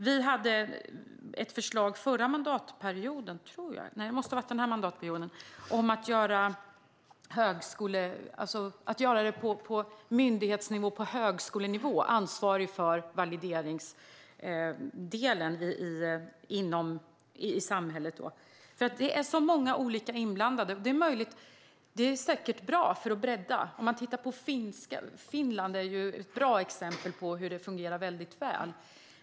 Vi har haft ett förslag under den här mandatperioden om att lägga ansvaret för valideringen på myndighetsnivå, till exempel högskolenivå. Det är så många olika inblandade. Det är säkert bra att bredda. Finland är ett bra exempel där det fungerar väl.